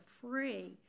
free